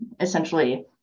essentially